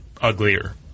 uglier